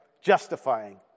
Justifying